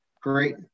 Great